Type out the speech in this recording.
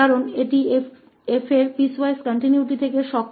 क्योंकि वह 𝑓 के पीसवाइज कंटीन्यूअस से अपने आप नहीं आ रहा है